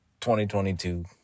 2022